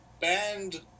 band